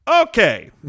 Okay